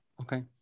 Okay